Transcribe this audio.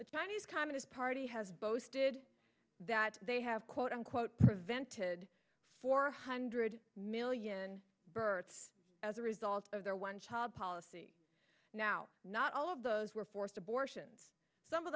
is communist party has boasted that they have quote unquote prevented four hundred million birth as a result of their one child policy now not all of those were forced abortions some of